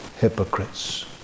hypocrites